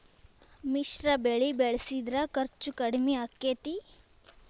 ಮಿಶ್ರ ಬೆಳಿ ಬೆಳಿಸಿದ್ರ ಖರ್ಚು ಕಡಮಿ ಆಕ್ಕೆತಿ?